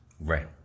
Right